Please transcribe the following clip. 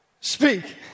speak